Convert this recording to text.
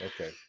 Okay